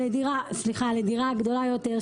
לדירה, סליחה, לדירה גדולה יותר.